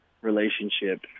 relationship